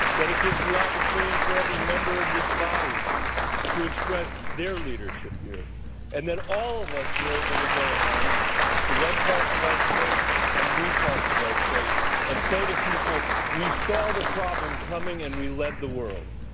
that it gives the opportunity for every member of this body to express their leadership here and that all of us are able to go home to red parts of our state and blue parts of our state and say to people we saw the problem coming and we led the world.